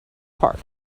park